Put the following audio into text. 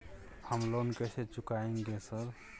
हम लोन कैसे चुकाएंगे सर?